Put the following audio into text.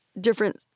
different